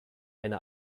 eine